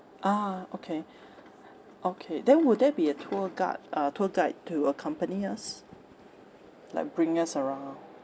ah okay okay then would there be a tour guide uh tour guide to accompany us like bring us around